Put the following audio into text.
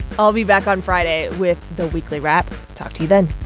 i'll be back on friday with the weekly wrap. talk to you then